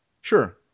Sure